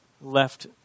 left